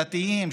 דתיים,